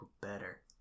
better